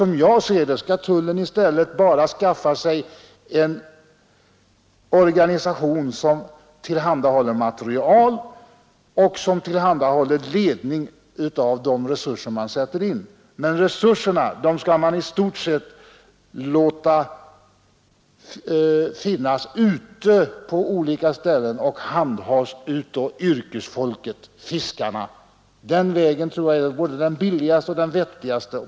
Som jag ser det skall tullen i stället bara skaffa sig en organisation som tillhandahåller materiel och som tillhandahåller ledning av de resurser man sätter in. Men resurserna skall i stort sett finnas ute på olika ställen, och de skall handhas av yrkesfolket, fiskarna. Den vägen tror jag är både den billigaste och den vettigaste.